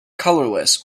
colorless